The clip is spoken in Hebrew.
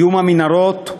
איום המנהרות,